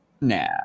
nah